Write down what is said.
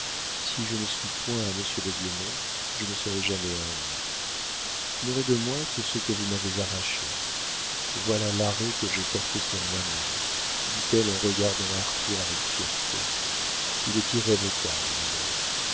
si je ne suis point à monsieur d'aiglemont je ne serai jamais à un autre vous n'aurez de moi que ce que vous m'avez arraché voilà l'arrêt que j'ai porté sur moi-même dit-elle en regardant arthur avec fierté il est irrévocable milord